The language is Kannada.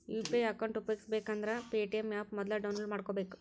ಯು.ಪಿ.ಐ ಅಕೌಂಟ್ ಉಪಯೋಗಿಸಬೇಕಂದ್ರ ಪೆ.ಟಿ.ಎಂ ಆಪ್ ಮೊದ್ಲ ಡೌನ್ಲೋಡ್ ಮಾಡ್ಕೋಬೇಕು